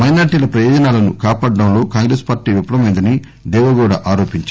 మైనారిటీల ప్రయోజనాలను కాపాడడంలో కాంగ్రెస్ పార్టీ విఫలమైందని దేపెగౌడ ఆరోపించారు